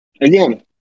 Again